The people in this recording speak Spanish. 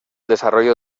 desarrollo